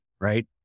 right